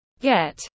Get